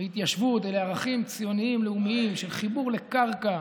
והתיישבות אלה ערכים ציוניים לאומיים של חיבור לקרקע,